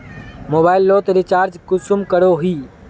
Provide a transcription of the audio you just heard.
Mobile लोत recharge कुंसम करोही?